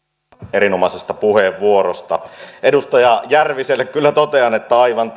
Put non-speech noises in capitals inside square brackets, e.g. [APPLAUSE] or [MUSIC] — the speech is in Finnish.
erinomaisesta puheenvuorosta edustaja järviselle kyllä totean aivan [UNINTELLIGIBLE]